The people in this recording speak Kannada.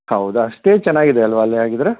ಹೌದಾ ಅಷ್ಟೆ ಚೆನ್ನಾಗಿದೆ ಅಲ್ವಾ ಅಲ್ಲಿ ಹಾಗಿದ್ದರೆ